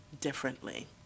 differently